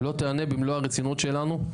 ולא תיענה במלוא הרצינות שלנו.